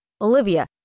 Olivia